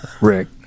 Rick